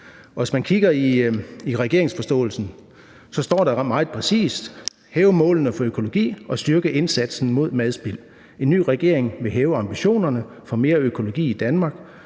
Hvis man kigger i regeringsforståelsen, står der meget præcist: hæve målene for økologi og styrke indsatsen mod madspild. En ny regering vil hæve ambitionerne for mere økologi i Danmark